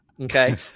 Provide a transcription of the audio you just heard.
Okay